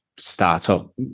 Startup